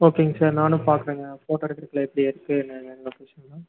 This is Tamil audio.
ஓகேங்க சார் நானும் பார்க்கறேங்க ஃபோட்டோ எடுக்கிறதுக்குலா எப்படி இருக்குது என்னென்னானு அஃபிஷியலாக